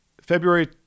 February